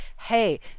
hey